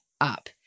up